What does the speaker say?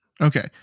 Okay